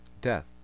death